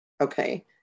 okay